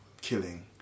killing